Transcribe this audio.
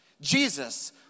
Jesus